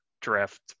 draft